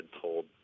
told